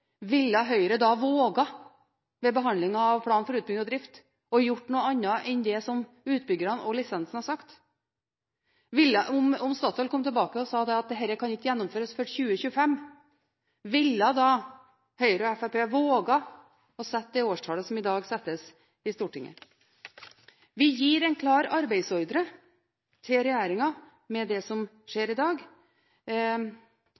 ville Høyre da, ved behandlingen av plan for utbygging og drift, våget å gjøre noe annet enn det som utbyggerne og lisensen hadde sagt? Om Statoil kom tilbake og sa at dette kan ikke gjennomføres før 2025, ville da Høyre og Fremskrittspartiet våget å sette det årstallet som i dag settes i Stortinget? Vi gir en klar arbeidsordre til regjeringen gjennom det som